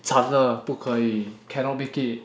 惨了不可以 cannot make it